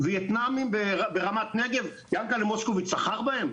ויאטנמים ברמת נגב, יענקל'ה מושקוביץ סחר בהם?